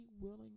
willing